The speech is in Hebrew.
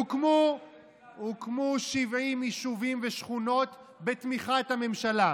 הוקמו 70 יישובים ושכונות בתמיכת הממשלה.